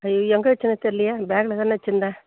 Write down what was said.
ஐயயோ எங்கே வைச்சேன்னு தெரிலையே பேக்கில் தானே வெச்சுருந்தேன்